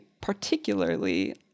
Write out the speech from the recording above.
particularly